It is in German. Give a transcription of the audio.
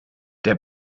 der